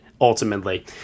ultimately